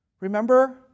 Remember